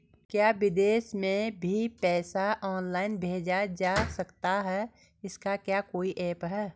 क्या विदेश में भी पैसा ऑनलाइन भेजा जा सकता है इसका क्या कोई ऐप है?